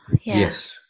Yes